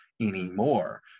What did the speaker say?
anymore